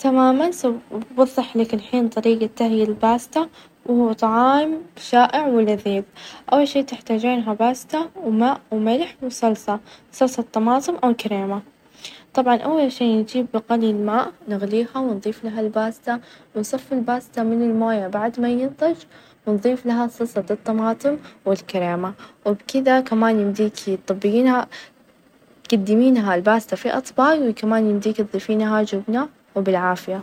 كيف تسوين طريقة صنع سندوشت بسيط، هي جدًا بسيطة تحتاجون إلى خبز ،وتحتاجون جبن ، وبيض مفور ،ومايونيز ، تخلطين البيض ، والجبن ،والمايونيز لحال ، بعدين تظيفينها إلى الساندويشت وبالعافية.